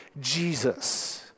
Jesus